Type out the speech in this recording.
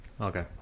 Okay